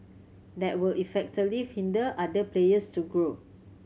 that will effectively hinder other players to grow